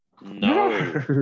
No